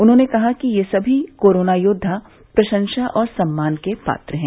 उन्होंने कहा कि ये सभी कोरोना योद्धा प्रशंसा और सम्मान के पात्र हैं